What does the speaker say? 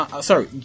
sorry